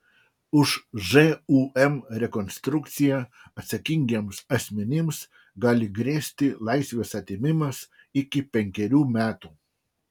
už žūm rekonstrukciją atsakingiems asmenims gali grėsti laisvės atėmimas iki penkerių metų